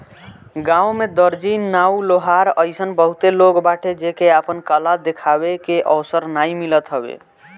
गांव में दर्जी, नाऊ, लोहार अइसन बहुते लोग बाटे जेके आपन कला देखावे के अवसर नाइ मिलत हवे